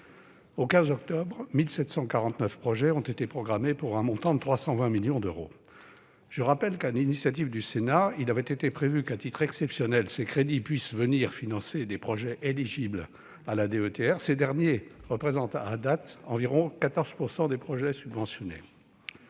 Au 15 octobre, 1 749 projets ont été programmés, pour un montant de 320 millions d'euros. Je le rappelle, sur l'initiative du Sénat, il avait été prévu que, à titre exceptionnel, ces crédits puissent financer des projets éligibles à la DETR. Ces derniers représentent à date environ 14 % des projets subventionnés.